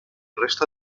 resto